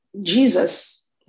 Jesus